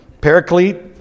Paraclete